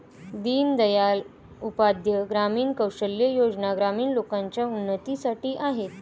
दीन दयाल उपाध्याय ग्रामीण कौशल्या योजना ग्रामीण लोकांच्या उन्नतीसाठी आहेत